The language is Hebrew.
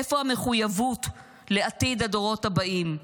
איפה המחויבות לעתיד הדורות הבאים,